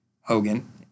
Hogan